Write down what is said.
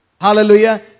Hallelujah